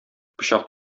пычак